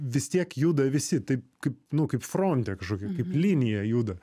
vis tiek juda visi taip nu kaip fronte kažkokia kaip linija juda